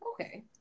Okay